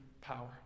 power